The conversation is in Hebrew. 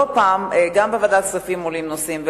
לא פעם גם בוועדת הכספים עולים נושאים,